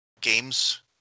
games